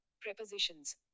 prepositions